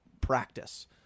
practice